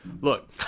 look